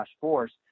force